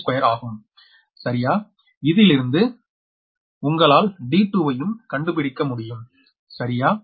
52ஆகும் சரியா இதிலிருந்து உங்களால் d2 வையும் கண்டுபிடிக்க முடியும் சரியா